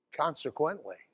Consequently